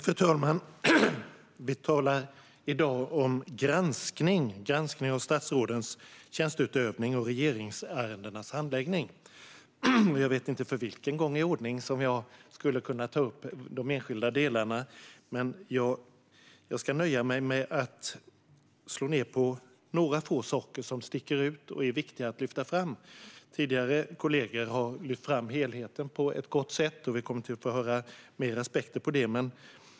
Fru talman! Vi talar i dag om granskning av statsrådens tjänsteutövning och regeringsärendenas handläggning. Jag vet inte för vilken gång i ordningen jag skulle kunna ta upp de enskilda delarna, men jag ska nöja mig med att slå ned på några få saker som sticker ut och som är viktiga att lyfta upp. Tidigare kollegor har lyft fram helheten på ett gott sätt, och vi kommer att få höra fler aspekter på detta.